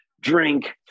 drink